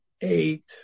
Eight